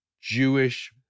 Jewish